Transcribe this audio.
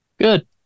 Good